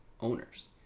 owners